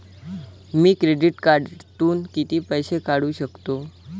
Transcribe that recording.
मी credit कार्डातून किती पैसे काढू शकतो?